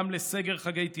גם לסגר חגי תשרי.